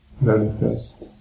Manifest